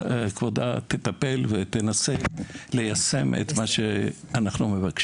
תטפל ותנסה ליישם את מה שאנחנו מבקשים.